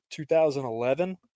2011